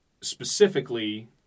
specifically